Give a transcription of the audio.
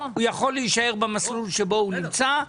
או שהוא יכול להישאר במסלול שבו הוא נמצא.